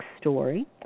story